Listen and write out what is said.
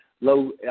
low